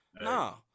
No